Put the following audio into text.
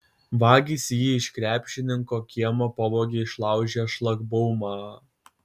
vagys jį iš krepšininko kiemo pavogė išlaužę šlagbaumą